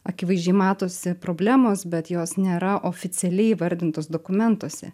akivaizdžiai matosi problemos bet jos nėra oficialiai įvardintos dokumentuose